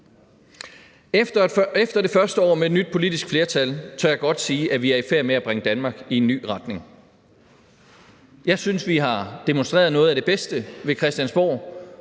Efter det første år med et nyt politisk flertal tør jeg godt sige, at vi er i færd med at bringe Danmark i en ny retning. Jeg synes, vi har demonstreret noget af det bedste ved Christiansborg